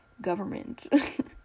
government